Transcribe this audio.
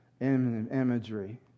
imagery